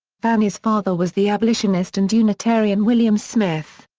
fanny's father was the abolitionist and unitarian william smith.